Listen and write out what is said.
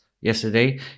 yesterday